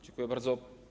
Dziękuję bardzo.